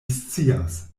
scias